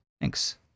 thanks